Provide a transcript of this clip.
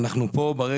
בסוף אנחנו ניתקע,